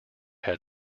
head